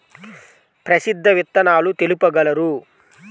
ప్రసిద్ధ విత్తనాలు తెలుపగలరు?